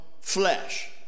flesh